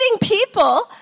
people